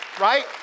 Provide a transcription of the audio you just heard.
Right